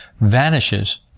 vanishes